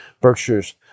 Berkshires